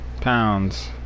pounds